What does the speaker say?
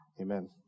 Amen